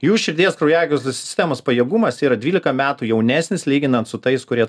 jų širdies kraujagyslių sistemos pajėgumas yra dvylika metų jaunesnis lyginant su tais kurie